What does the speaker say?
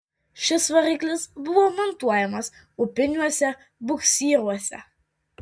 šis variklis buvo montuojamas upiniuose buksyruose